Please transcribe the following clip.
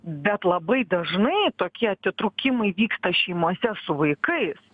bet labai dažnai tokie atitrūkimai vyksta šeimose su vaikais